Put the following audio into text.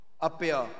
appear